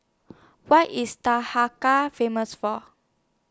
What IS Famous For